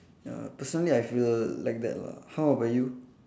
ya personally I feel like that lah how about you